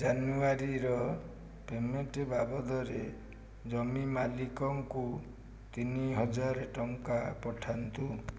ଜାନୁଆରୀର payment ବାବଦରେ ଜମିମାଲିକଙ୍କୁ ତିନିହଜାର ଟଙ୍କା ପଠାନ୍ତୁ